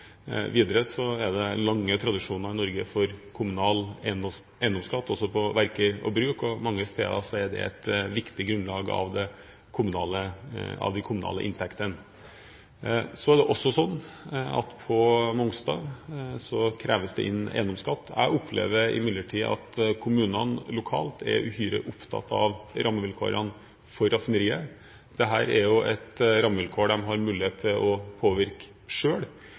Videre er det lange tradisjoner i Norge for kommunal eiendomsskatt, også på verk og bruk, og mange steder er det et viktig grunnlag for de kommunale inntektene. Så er det også slik at på Mongstad kreves det inn eiendomsskatt. Jeg opplever imidlertid at kommunene lokalt er uhyre opptatt av rammevilkårene for raffineriet. Dette er et rammevilkår de har mulighet til å påvirke